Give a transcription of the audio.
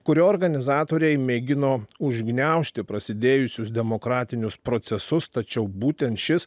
kurio organizatoriai mėgino užgniaužti prasidėjusius demokratinius procesus tačiau būtent šis